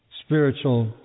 spiritual